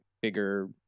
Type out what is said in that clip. bigger